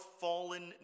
fallen